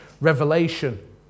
revelation